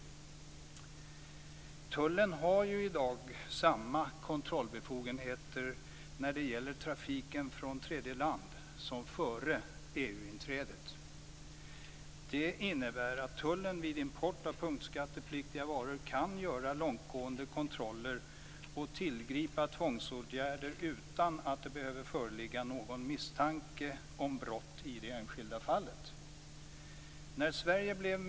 Tullen har i dag samma kontrollbefogenheter som före EU-inträdet när det gäller trafiken från tredje land. Det innebär att tullen vid import av punktskattepliktiga varor kan göra långtgående kontroller och tillgripa tvångsåtgärder utan att det behöver föreligga någon misstanke om brott i det enskilda fallet.